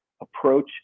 approach